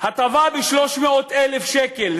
הטבה ב-300,000 שקל,